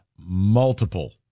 multiple